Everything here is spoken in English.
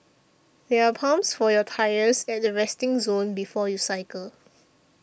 there are pumps for your tyres at the resting zone before you cycle